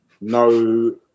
no